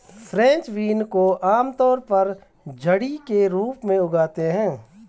French beans को आमतौर पर झड़ी के रूप में उगाते है